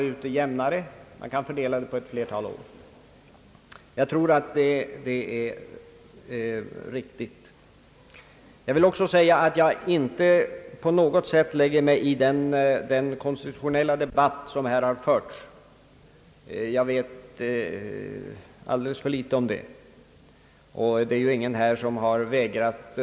Hyreshöjningen kan ju ske jämnare, om den fördelas på flera år. Den konstitutionella debatt som har förts ämnar jag inte lägga mig i, jag vet för litet om sådana spörsmål.